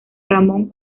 ramón